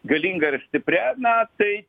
galinga ir stipria na tai